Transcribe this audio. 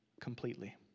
completely